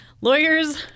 Lawyers